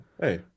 Hey